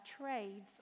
trades